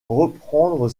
reprendre